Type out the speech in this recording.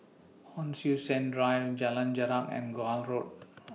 Hon Sui Sen Drive Jalan Jarak and Gul Road